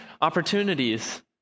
opportunities